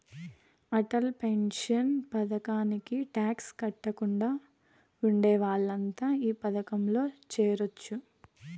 Atal pension పథకానికి tax కట్టకుండా ఉండే వాళ్లంతా ఈ పథకంలో చేరొచ్చు